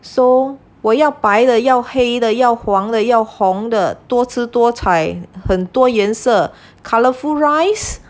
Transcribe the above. so 我要白的要黑的要黄了要红的多姿多彩很多颜色 colourful rice